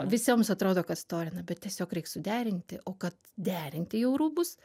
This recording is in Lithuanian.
visiems atrodo kad storina bet tiesiog reik suderinti o kad derinti jau rūbus